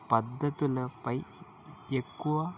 పద్దతుల పై ఎక్కువ